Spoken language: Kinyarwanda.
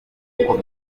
uko